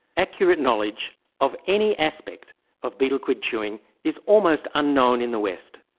accurate knowledge of any aspect of betel quid chewing is almost unknown in the west.